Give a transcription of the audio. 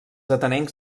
atenencs